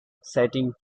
setting